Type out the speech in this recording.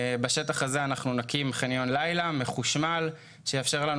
בשטח הזה נקים חניון לילה מחושמל שיאפשר לנו